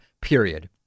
period